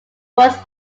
was